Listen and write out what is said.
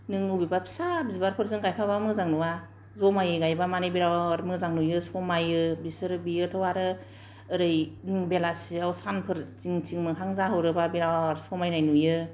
नों अबेबा फिसा बिबारफोरजों गायफाब्ला मोजां नुआ जमायै गायब्ला माने बिराद मोजां नुयो समायो बिसोर बियोथ' आरो ओरै फुं बेलासेआव सानफोर थिं थिं मोखां जाहरोब्ला बिराद समायनाय नुयो